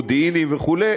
מודיעיניים וכו',